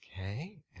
Okay